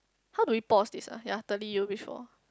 how do we pause this ah ya